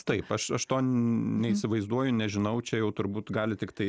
taip aš aš to neįsivaizduoju nežinau čia jau turbūt gali tiktai